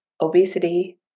obesity